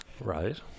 right